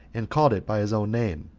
and called it by his own name,